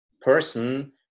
person